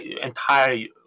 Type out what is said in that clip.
entire